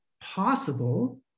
possible